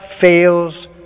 fails